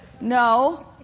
No